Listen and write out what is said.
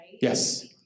Yes